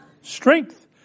Strength